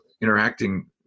interacting